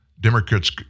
Democrats